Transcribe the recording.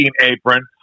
apron